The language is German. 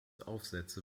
aufsätze